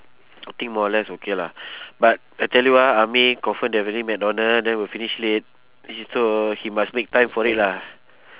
I think more or less okay lah but I tell you ah ah may confirm that really mcdonald ah then will finish late so he must make time for it lah